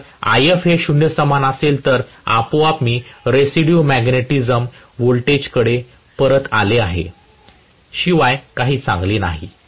जर If हे 0 समान असेल तर आपोआप मी रेसिड्यू मॅग्नेटिझम व्होल्टेजकडे परत आले आहे शिवाय काही चांगले नाही